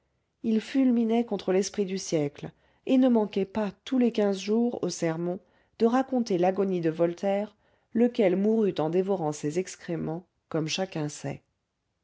il fulminait contre l'esprit du siècle et ne manquait pas tous les quinze jours au sermon de raconter l'agonie de voltaire lequel mourut en dévorant ses excréments comme chacun sait